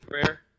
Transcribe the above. prayer